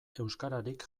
euskararik